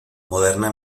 moderna